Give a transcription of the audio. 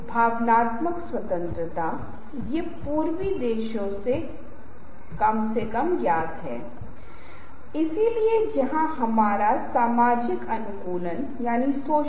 क्या आप चाहते हैं कि पहले के अंक वहां रहें या गायब हो जाएं जिसका आपको ध्यान रखना है